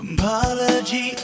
Apology